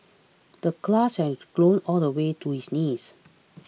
the grass had grown all the way to his knees